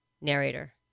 narrator